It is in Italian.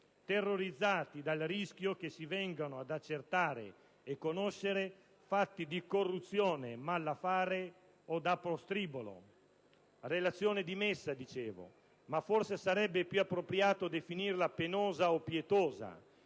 terrorizzati dal rischio che si vengano ad accertare e conoscere fatti di corruzione, malaffare o da postribolo. Relazione dimessa, ho detto, ma forse sarebbe più appropriato definirla penosa o pietosa,